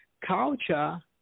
culture